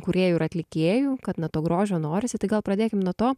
kūrėjų ir atlikėjų kad na to grožio norisi tai gal pradėkim nuo to